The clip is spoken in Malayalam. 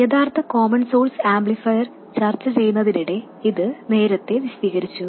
യഥാർത്ഥ കോമൺ സോഴ്സ് ആംപ്ലിഫയർ ചർച്ച ചെയ്യുന്നതിനിടെ ഇത് നേരത്തെ വിശദീകരിച്ചു